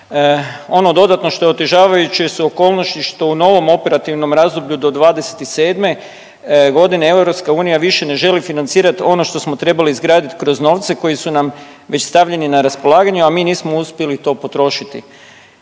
Ono dodatno što je otežavajuće su okolnosti što u novom operativnom razdoblju do '27. godine EU više ne želi financirati ono što smo trebali izgraditi kroz novce koji su nam već stavljeni na raspolaganje, a mi nismo uspjeli to potrošiti.